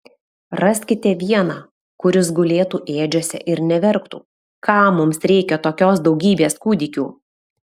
raskite vieną kuris gulėtų ėdžiose ir neverktų kam mums reikia tokios daugybės kūdikių